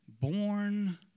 born